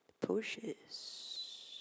Pushes